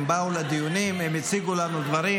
הם באו לדיונים, הם הציגו לנו דברים,